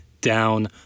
down